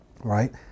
right